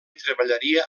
treballaria